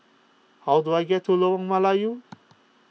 how do I get to Lorong Melayu